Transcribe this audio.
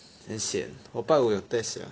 很 sian 我拜五有 test sia